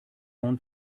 own